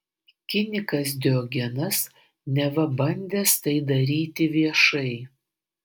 kinikas diogenas neva bandęs tai daryti viešai